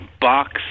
box